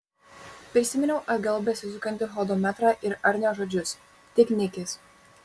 prisiminiau atgal besisukantį hodometrą ir arnio žodžius tik nikis